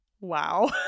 wow